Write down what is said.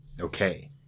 Okay